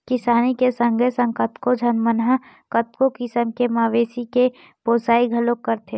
किसानी के संगे संग कतको झन मन ह कतको किसम के मवेशी के पोसई घलोक करथे